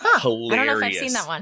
Hilarious